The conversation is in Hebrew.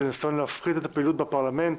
חשבנו להפחית את הפעילות ולצמצם את מספר